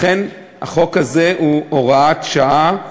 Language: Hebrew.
החוק הזה הוא הוראת שעה,